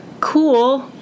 cool